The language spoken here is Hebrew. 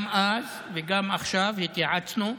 גם אז וגם עכשיו התייעצנו,